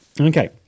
Okay